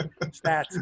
stats